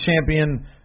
champion